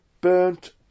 burnt